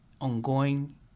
ongoing